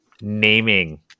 naming